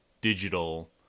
digital